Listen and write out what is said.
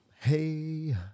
Hey